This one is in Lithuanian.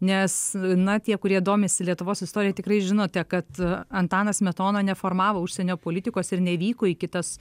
nes na tie kurie domisi lietuvos istorija tikrai žinote kad antanas smetona neformavo užsienio politikos ir nevyko į kitas